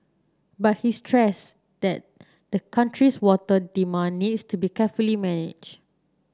but he stressed that the country's water demand needs to be carefully managed